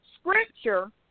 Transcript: Scripture